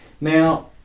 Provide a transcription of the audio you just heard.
Now